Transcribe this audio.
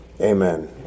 Amen